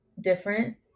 different